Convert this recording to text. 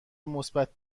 مثبت